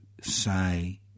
say